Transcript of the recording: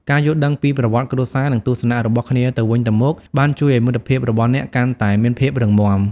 ការយល់ដឹងពីប្រវត្តិគ្រួសារ និងទស្សនៈរបស់គ្នាទៅវិញទៅមកបានជួយឲ្យមិត្តភាពរបស់អ្នកកាន់តែមានភាពរឹងមាំ។